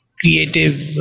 creative